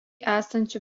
esančių